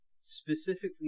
specifically